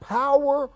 power